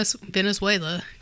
Venezuela